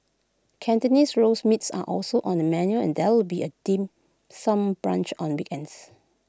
Cantonese Roast Meats are also on the menu and there will be A dim sum brunch on weekends